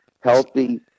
healthy